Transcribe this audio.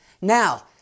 Now